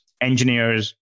engineers